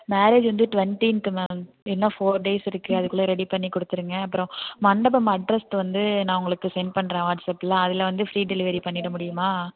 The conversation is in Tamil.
மேரேஜி வந்து டுவென்டின்த் மேம் இன்னும் ஃபோர் டேஸ் இருக்கு அதுக்குள்ளே ரெடி பண்ணிக்கொடுத்துருங்க அப்புறம் மண்டபம் அட்ரெஸ் வந்து நான் உங்களுக்கு சென்ட் பண்ணுறேன் வாட்ஸ் ஆப்பில் அதில் வந்து ஃப்ரீ டெலிவரி பண்ணிவிட முடியுமா